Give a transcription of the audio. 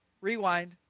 Rewind